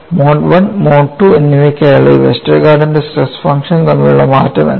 mode I mode II എന്നിവയ്ക്കായുള്ള ഈ വെസ്റ്റർഗാർഡിന്റെ സ്ട്രെസ് ഫംഗ്ഷൻ തമ്മിലുള്ള മാറ്റം എന്താണ്